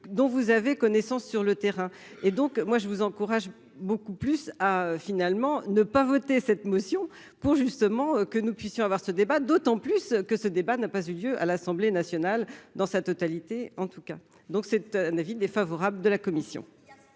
dont vous avez connaissance sur le terrain et donc moi je vous encourage beaucoup plus, a, finalement, ne pas voter cette motion pour justement que nous puissions avoir ce débat d'autant plus que ce débat n'a pas eu lieu à l'Assemblée nationale dans sa totalité, en tout cas, donc c'est un avis défavorable de la commission.